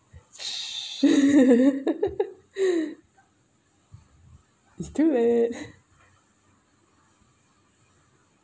it's too late